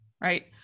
Right